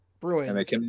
Bruins